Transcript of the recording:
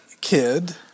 kid